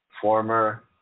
former